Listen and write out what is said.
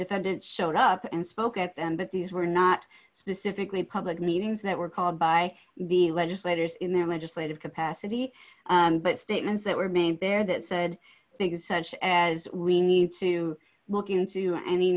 defendant showed up and spoke at them but these were not specifically public meetings that were called by the legislators in their legislative capacity but statements that were made there that said i think it such as we need to look into any